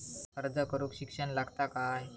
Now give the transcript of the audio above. अर्ज करूक शिक्षण लागता काय?